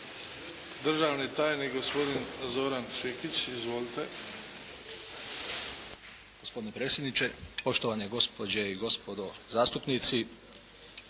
Državni tajnik, gospodin Zoran Šikić. Izvolite. **Šikić, Zoran** Gospodine predsjedniče, poštovane gospođe i gospodo zastupnici.